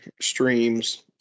streams